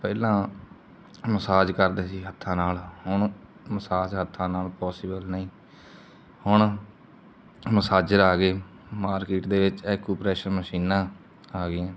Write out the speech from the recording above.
ਪਹਿਲਾਂ ਮਸਾਜ ਕਰਦੇ ਸੀ ਹੱਥਾਂ ਨਾਲ ਹੁਣ ਮਸਾਜ ਹੱਥਾਂ ਨਾਲ ਪੋਸੀਬਲ ਨਹੀਂ ਹੁਣ ਮਸਾਜਰ ਆ ਗਏ ਮਾਰਕੀਟ ਦੇ ਵਿੱਚ ਐਕੂਪ੍ਰੈਸ਼ਰ ਮਸ਼ੀਨਾਂ ਆ ਗਈਆਂ